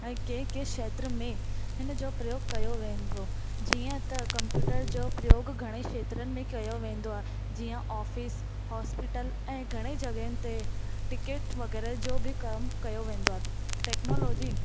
ऐं कंहिं के क्षेत्र में हिन जो प्रयोग कयो वेंदो जीअं त कम्प्यूटर जो प्रयोग घणेई क्षेत्रनि में कयो वेंदो आहे जीअं ऑफीस हॉस्पीटल ऐं घणेई जॻहियुनि ते टिकेट वग़ैरह जो बि कमु कयो वेंदो आहे त टेक्नोलोजी